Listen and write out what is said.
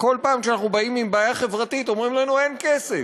שכל פעם כשאנחנו באים עם בעיה חברתית אומרים לנו: אין כסף,